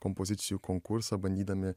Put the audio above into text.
kompozicijų konkursą bandydami